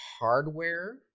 hardware